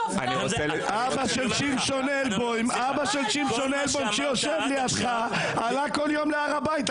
אבא של שמשון אלבוים שיושב לידך עלה כל יום להר הבית.